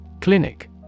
Clinic